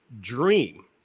dream